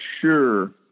sure